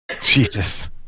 Jesus